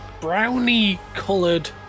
brownie-coloured